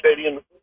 Stadium